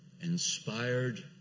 inspired